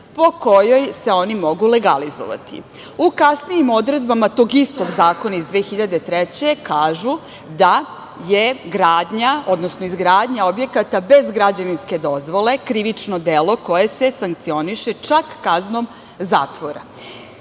po kojoj se oni mogu legalizovati. U kasnijim odredbama tog istog zakona iz 2003. godine kažu da je gradnja, odnosno izgradnja objekata bez građevinske dozvole krivično delo koje se sankcioniše čak kaznom zatvora.I